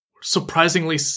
surprisingly